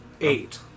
Eight